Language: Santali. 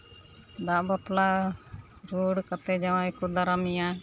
ᱫᱟᱜ ᱵᱟᱯᱞᱟ ᱨᱩᱣᱟᱹᱲ ᱠᱟᱛᱮ ᱡᱟᱶᱟᱭ ᱠᱚ ᱫᱟᱨᱟᱢ ᱮᱭᱟ